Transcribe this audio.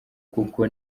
kuko